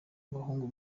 abahungu